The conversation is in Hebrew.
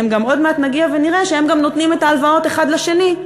עוד מעט נגיע ונראה שהם גם נותנים את ההלוואות אחד לשני,